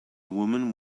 woman